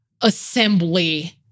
Assembly